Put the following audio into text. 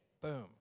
Boom